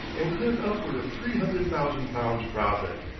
and cleared upward of three hundred thousand pounds profit.